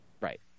Right